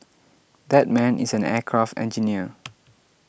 that man is an aircraft engineer